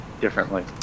differently